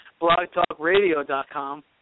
BlogTalkRadio.com